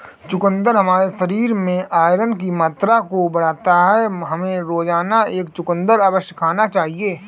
चुकंदर हमारे शरीर में आयरन की मात्रा को बढ़ाता है, हमें रोजाना एक चुकंदर अवश्य खाना चाहिए